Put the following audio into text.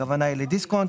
הכוונה היא לדיסקונט,